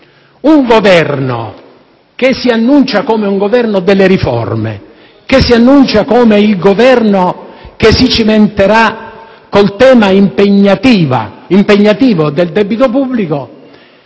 un Governo che si annuncia come un Governo delle riforme, come il Governo che si cimenterà con il tema impegnativo del debito pubblico,